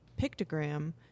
pictogram